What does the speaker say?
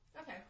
Okay